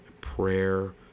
prayer